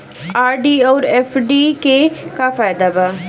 RD आउर FD के का फायदा बा?